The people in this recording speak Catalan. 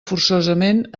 forçosament